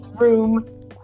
room